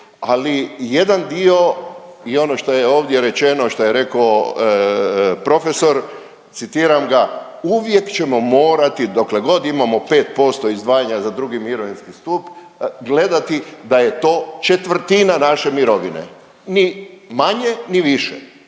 ali jedan dio je ono što je ovdje rečeno, što je rekao profesor, citiram ga, uvijek ćemo morati, dokle god imamo 5% izdvajanja za II. mirovinski stup, gledati da je to četvrtina naše mirovine, ni manje ni više,